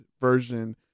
version